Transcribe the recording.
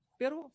pero